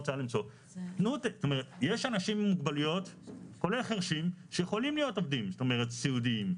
יש אנשים עם מוגבלויות כולל חירשים שיכולים להיות עובדים סיעודיים.